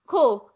Cool